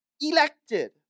elected